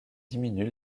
diminue